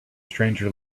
stranger